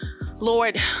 Lord